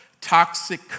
toxic